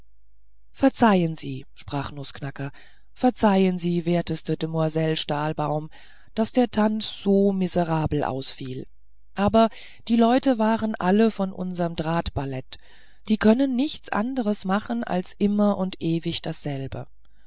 verzeihen sie sprach nußknacker verzeihen sie werteste demoiselle stahlbaum daß der tanz so miserabel ausfiel aber die leute waren alle von unserm drahtballett die können nichts anders machen als immer und ewig dasselbe